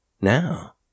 now